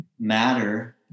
matter